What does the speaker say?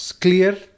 clear